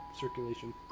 circulation